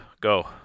go